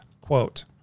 quote